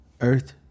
earth